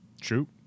True